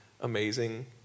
amazing